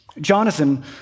Jonathan